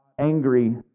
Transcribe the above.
angry